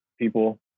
people